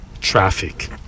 traffic